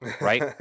right